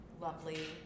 lovely